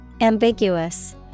Ambiguous